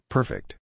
Perfect